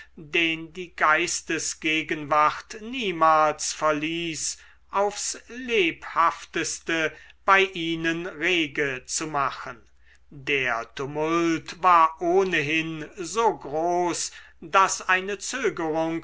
den die geistesgegenwart niemals verließ aufs lebhafteste bei ihnen rege zu machen der tumult war ohnehin so groß daß eine zögerung